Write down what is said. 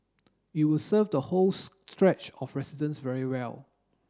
it will serve the whole stretch of residents very well